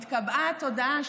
התקבעה תודעה,